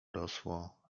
rosło